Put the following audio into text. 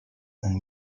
and